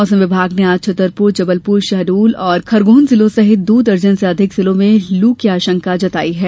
मौसम विभाग ने आज छतरपुर जबलपुर शहडोल और खरगोन जिलों सहित दो दर्जन र्स अधिक जिलों में भी लू की संभावना जताई है